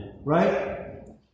Right